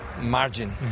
margin